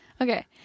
Okay